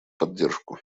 поддержку